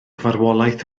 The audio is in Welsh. farwolaeth